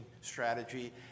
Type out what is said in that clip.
strategy